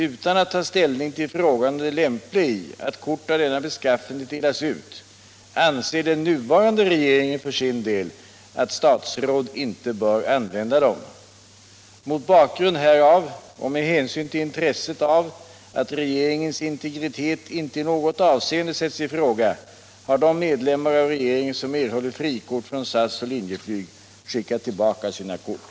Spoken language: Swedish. Utan att ta ställning till frågan om det lämpliga i att kort av denna beskaffenhet delas ut anser den nuvarande regeringen för sin del att statsråd inte bör använda dem. Mot bakgrund härav och med hänsyn till intresset av att regeringens integritet inte i något avseende sätts i fråga har de medlemmar av regeringen som erhållit frikort från SAS och Linjeflyg skickat tillbaka sina kort.